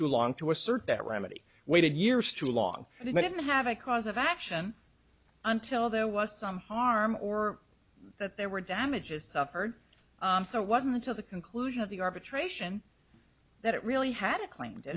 too long to assert that remedy waited years too long and they didn't have a cause of action until there was some harm or that there were damages suffered so it wasn't to the conclusion of the arbitration that it really had a claim to